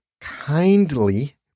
kindly